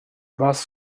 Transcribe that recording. bus